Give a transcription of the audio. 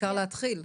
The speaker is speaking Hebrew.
והעיקר להתחיל.